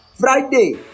Friday